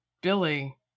Billy